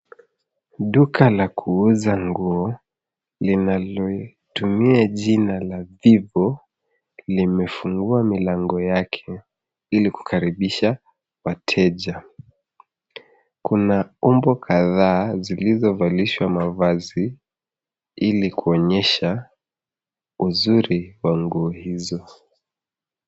Duka la kuuza nguo ,linalitumia jina la Vivo limefungua milango yake ili kukaribisha wateja. Kuna umbo kadhaa zilizovalishwa mavazi ili kuonyesha uzuri wa nguo hizo.